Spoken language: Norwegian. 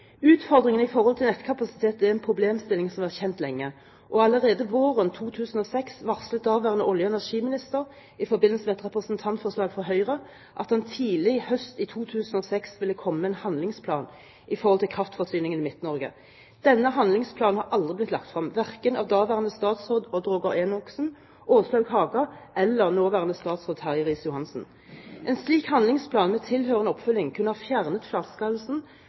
er en problemstilling som vi har kjent lenge. Allerede våren 2006 varslet daværende olje- og energiminister, i forbindelse med et representantforslag fra Høyre, at han tidlig høsten 2006 ville komme med en handlingsplan for kraftforsyningen i Midt-Norge. Denne handlingsplanen har aldri blitt lagt fram, verken av tidligere statsråder Odd Roger Enoksen og Åslaug Haga eller av nåværende statsråd Terje Riis-Johansen. En slik handlingsplan, med tilhørende oppfølging, kunne ha fjernet den flaskehalsen